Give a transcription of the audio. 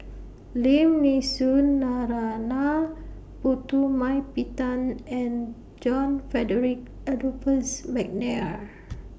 Lim Nee Soon Narana Putumaippittan and John Frederick Adolphus Mcnair